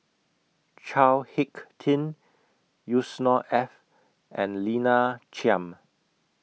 Chao Hick Tin Yusnor Ef and Lina Chiam